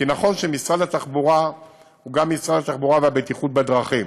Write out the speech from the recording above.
כי נכון שמשרד התחבורה הוא גם משרד התחבורה והבטיחות בדרכים,